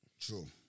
True